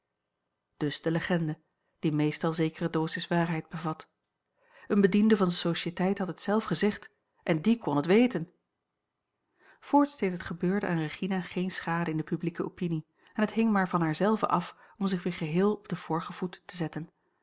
dus de legende die meestal zekere dosis waarheid bevat een bediende van de sociëteit had het zelf gezegd en die kon het weten voorts deed het gebeurde aan regina geen schade in de publieke opinie en het hing maar van haar zelve af om zich weer geheel op den vorigen voet te zetten